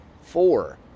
four